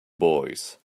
boys